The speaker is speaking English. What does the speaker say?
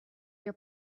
your